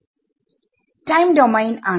time domain ആണ്